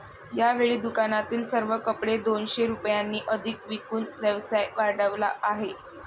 यावेळी दुकानातील सर्व कपडे दोनशे रुपयांनी अधिक विकून व्यवसाय वाढवला आहे